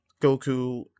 Goku